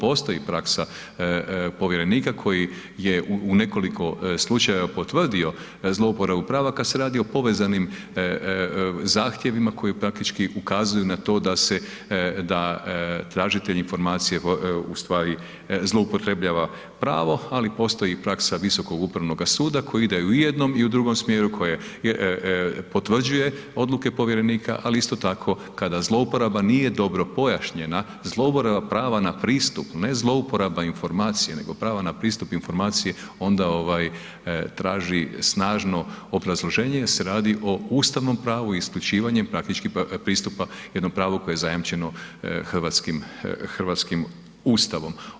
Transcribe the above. Imamo, postoji praksa povjerenika koji je u nekoliko slučajeva potvrdio zlouporabu prava kad se radi o povezanim zahtjevima koji praktički ukazuju na to da se, da tražitelj informacije u stvari zloupotrebljava pravo, ali postoji praksa Visokog upravnog suda, koji ide i u jednom i u drugom smjeru koji potvrđuje odluke povjerenika, ali isto tako kada zlouporaba nije dobro pojašnjena, zlouporaba prava na pristup, ne zlouporaba informacija nego prava na pristup informaciji onda ovaj traži snažno obrazloženje jer se radi o ustavnom pravu isključivanjem praktički pristupa jednom pravu koji je zajamčeno Hrvatskim Ustavom.